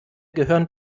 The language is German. gehören